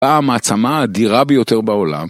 מה המעצמה האדירה ביותר בעולם?